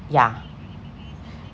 ya